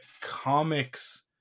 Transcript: comics